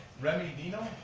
remy dino,